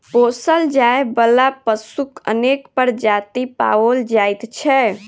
पोसल जाय बला पशुक अनेक प्रजाति पाओल जाइत छै